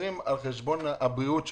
סוחרות על חשבון הבריאות שלו.